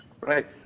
Right